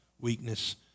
weakness